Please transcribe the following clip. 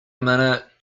minute